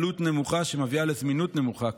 עלות נמוכה מביאה לזמינות נמוכה,